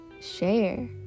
Share